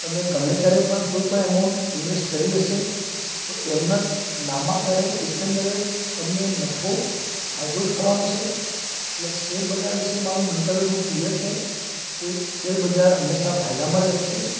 તમે ગમે ત્યારે પણ કોઈ પણ અમાઉન્ટ ઇન્વૅસ્ટ કરી હશે તો એમના લાંબાગાળે એકંદરે તમને નફો ફાયદો જ થવાનો છે એટલે શૅર બજાર વિશે મારૂં મંતવ્ય બહુ ક્લિયર છે એ શૅરબજાર હંમેશા ફાયદામાં જ રહેશે